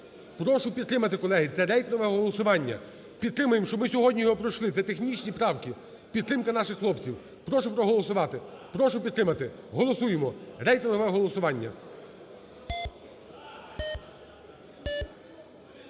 Прошу підтримати, колеги, це рейтингове голосування. Підтримаймо, щоб ми сьогодні його пройшли. Це технічні правки, підтримка наших хлопців. Прошу проголосувати, прошу підтримати. Голосуємо, рейтингове голосування.